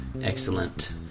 Excellent